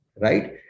right